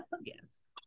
yes